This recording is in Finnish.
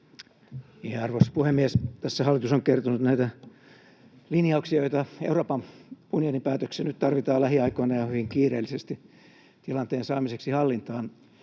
Arvoisa puhemies! Tässä hallitus on kertonut näitä linjauksia, joista Euroopan unionin päätöksiä nyt tarvitaan lähiaikoina ja hyvin kiireellisesti tilanteen saamiseksi hallintaan.